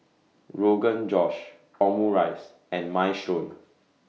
Rogan Josh Omurice and Minestrone